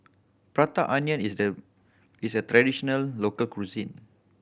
Prata Onion is a is a traditional local cuisine